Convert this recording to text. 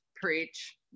Preach